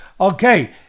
okay